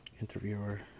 interviewer